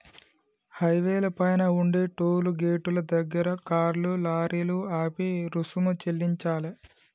హైవేల పైన ఉండే టోలు గేటుల దగ్గర కార్లు, లారీలు ఆపి రుసుము చెల్లించాలే